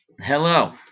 Hello